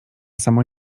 samo